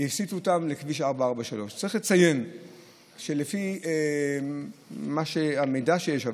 לכביש 443. צריך לציין שלפי המידע שיש,